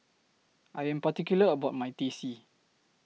I Am particular about My Teh C